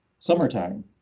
Summertime